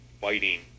fighting